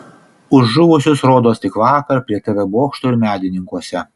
už žuvusius rodos tik vakar prie tv bokšto ir medininkuose